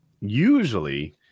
usually